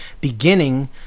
beginning